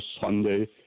Sunday